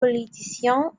politicien